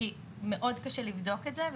כי מאוד קשה לבדוק את זה,